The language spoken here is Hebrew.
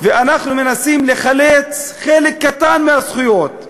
ואנחנו מנסים לחלץ חלק קטן מהזכויות,